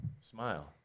Smile